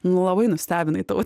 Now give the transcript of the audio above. labai nustebinai taute